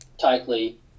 tightly